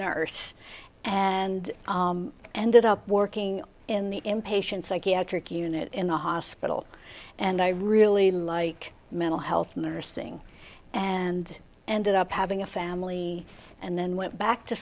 nurse and ended up working in the impatient psychiatric unit in the hospital and i really like mental health nursing and ended up having a family and then went back to